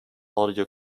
audio